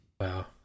Wow